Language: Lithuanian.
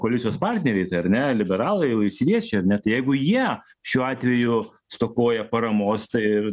koalicijos partneriai tai ar ne liberalai laisviečiai ar ne tai jeigu jie šiuo atveju stokoja paramos tai ir